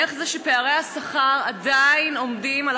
איך זה שפערי השכר עדיין עומדים על